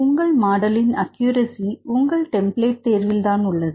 உங்கள் மாடலின் அக்குரசி உங்கள் டெம்ப்ளட் தேர்வில் தான் உள்ளது